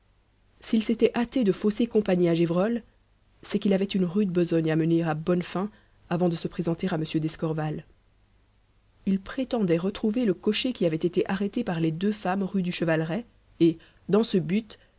s'il s'était hâté de fausser compagnie à gévrol c'est qu'il avait une rude besogne à mener à bonne fin avant de se présenter à m d'escorval il prétendait retrouver le cocher qui avait été arrêté par les deux femmes rue du chevaleret et dans ce but